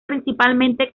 principalmente